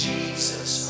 Jesus